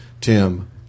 Tim